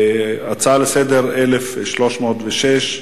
שאילתא 1306,